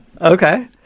okay